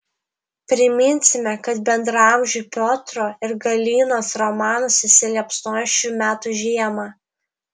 priminsime kad bendraamžių piotro ir galinos romanas įsiliepsnojo šių metų žiemą